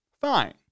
fine